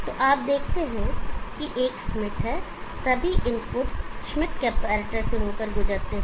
तो आप देखते हैं कि एक श्मिट है सभी इनपुट्स श्मिट कंपैरेटर से होकर गुजरते हैं